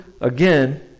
again